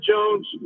Jones